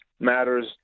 matters